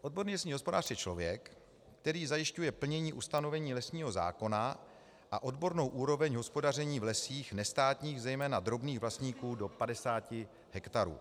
Odborný lesní hospodář je člověk, který zajišťuje plnění ustanovení lesního zákona a odbornou úroveň hospodaření v lesích nestátních, zejména drobných vlastníků do 50 hektarů.